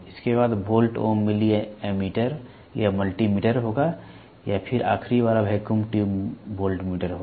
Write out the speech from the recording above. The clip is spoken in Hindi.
इसके बाद वोल्ट ओम मिलि एममीटर या मल्टी मीटर होगा या फिर आखिरी वाला वैक्यूम ट्यूब वोल्टमीटर होगा